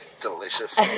Delicious